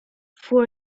for